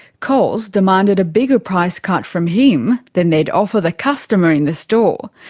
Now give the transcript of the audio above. coles demanded a bigger price cut from him than they would offer the costumer in the store,